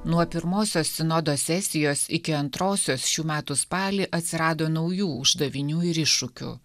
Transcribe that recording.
nuo pirmosios sinodo sesijos iki antrosios šių metų spalį atsirado naujų uždavinių ir iššūkių